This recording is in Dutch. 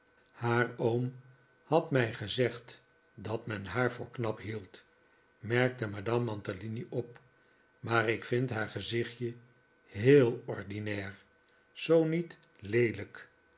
haar oom had mij gezegd dat men haar voor knap hield merkte madame mantalini op maar ik vind haar gezichtje heel ordinair zoo niet leelijk